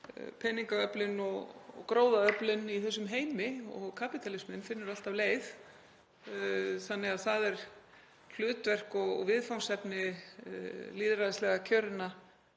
peningaöflin og gróðaöflin í þessum heimi, og kapítalisminn finnur alltaf leið. Það er hlutverk og viðfangsefni lýðræðislega kjörinna